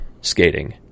skating